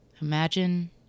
Imagine